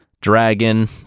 Dragon